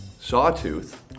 Sawtooth